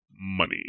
money